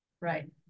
Right